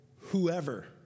whoever